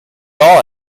all